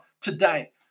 today